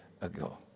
ago